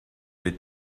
les